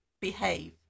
behave